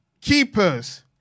Keepers